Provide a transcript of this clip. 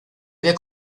había